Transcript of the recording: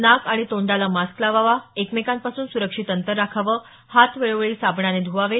नाक आणि तोंडाला मास्क लावावा एकमेकांपासून सुरक्षित अंतर राखावं हात वेळोवेळी साबणाने ध्वावेत